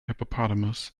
hippopotamus